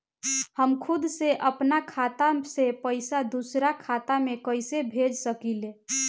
हम खुद से अपना खाता से पइसा दूसरा खाता में कइसे भेज सकी ले?